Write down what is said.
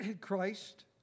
Christ